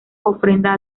ofrenda